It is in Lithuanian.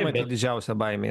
pati didžiausia baimė